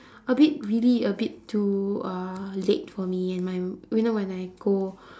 a bit really a bit too uh late for me and my you know when I go